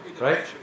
Right